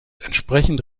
entsprechend